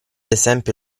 esempio